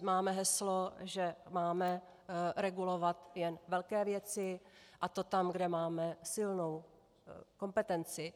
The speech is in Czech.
Máme heslo, že máme regulovat jen velké věci, a to tam, kde máme silnou kompetenci.